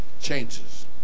changes